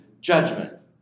Judgment